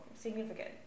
significant